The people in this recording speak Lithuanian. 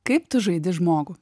kaip tu žaidi žmogų